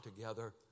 together